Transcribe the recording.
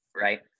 Right